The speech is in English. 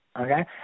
Okay